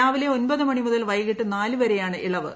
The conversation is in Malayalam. രാവിലെ ഒമ്പത് മണി മുതൽ വൈകിട്ട് നാലു വരെയാണ് ഇളവ്